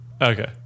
Okay